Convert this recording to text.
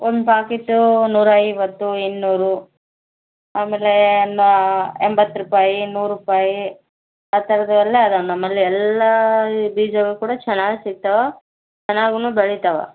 ಒಂದು ಪಾಕೀಟೂ ನೂರೈವತ್ತು ಇನ್ನೂರು ಆಮೇಲೆ ನಾ ಎಂಬತ್ತು ರೂಪಾಯಿ ನೂರು ರೂಪಾಯಿ ಆ ಥರದ್ದೆಲ್ಲ ಇದೆ ನಮ್ಮಲ್ಲಿ ಎಲ್ಲ ಬೀಜಗಳು ಕೂಡ ಚೆನ್ನಾಗಿ ಸಿಗ್ತವೆ ಚೆನ್ನಾಗು ಬೆಳೀತಾವೆ